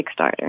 Kickstarter